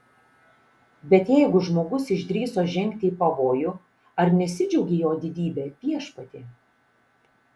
bet jeigu žmogus išdrįso žengti į pavojų ar nesidžiaugei jo didybe viešpatie